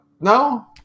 No